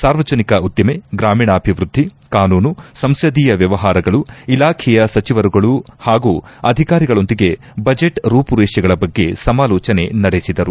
ಸಾರ್ವಜನಿಕ ಉದ್ದಿಮೆ ಗ್ರಾಮೀಣಾಭಿವೃದ್ದಿ ಕಾನೂನು ಸಂಸದೀಯ ವ್ಯವಹಾರಗಳು ಇಲಾಖೆಯ ಸಚಿವರುಗಳು ಹಾಗೂ ಅಧಿಕಾರಿಗಳೊಂದಿಗೆ ಬಜೆಟ್ ರೂಪುರೇಷೆಗಳ ಬಗ್ಗೆ ಸಮಾಲೋಚನೆ ನಡೆಸಿದರು